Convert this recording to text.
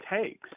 takes